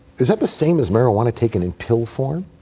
is that the same as marijuana taken in pill form?